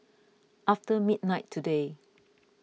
after midnight today